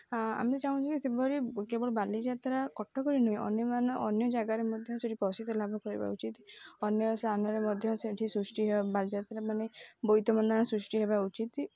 ଆମେ ଚାହୁଁଛୁ କି ସେଭଳି କେବଳ ବାଲିଯାତ୍ରା କଟକରେ ନୁହଁ ଅନ୍ୟ ମାନେ ଅନ୍ୟ ଜାଗାରେ ମଧ୍ୟ ସେଇଠି ପ୍ରସିଦ୍ଧ ଲାଭ କରିବା ଉଚିତ୍ ଅନ୍ୟ ସାମ୍ନାରେ ମଧ୍ୟ ସେଇଠି ସୃଷ୍ଟି ବାଲିଯାତ୍ରା ମାନେ ବୋଇତ ବନ୍ଦାଣ ସୃଷ୍ଟି ହେବା ଉଚିତ୍